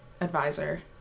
advisor